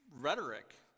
rhetoric